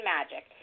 Magic